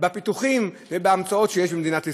ולומר שיש לנו חלק בפיתוחים ובהמצאות שיש במדינת ישראל.